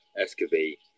excavate